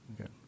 Okay